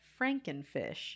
Frankenfish